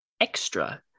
Extra